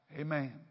Amen